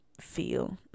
feel